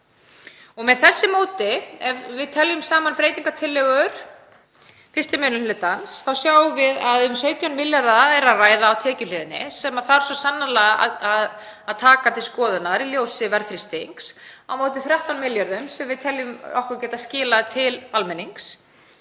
Með þessu móti, ef við teljum saman breytingartillögur 1. minni hlutans, sjáum við að um 17 milljarða er að ræða á tekjuhliðinni sem þarf svo sannarlega að taka til skoðunar í ljósi verðþrýstings, á móti 13 milljörðum sem við teljum okkur geta skilað til almennings.